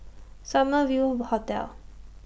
Summer View Hotel